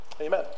amen